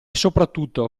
soprattutto